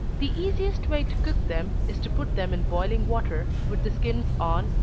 the easiest way to cook them, is to put them in boiling water, with the skins on,